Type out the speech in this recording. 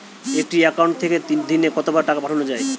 একটি একাউন্ট থেকে দিনে কতবার টাকা পাঠানো য়ায়?